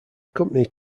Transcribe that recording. company